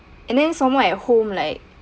and then somewhere at home like